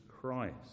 Christ